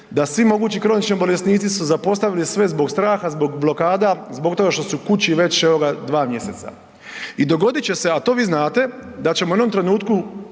da svi mogući kronični bolesnici su zapostavili sve zbog straha, zbog blokada, zbog toga što su kući već evo dva mjeseca. I dogodit će se, a to vi znate, da ćemo u jednom trenutku,